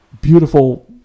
beautiful